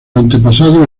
antepasados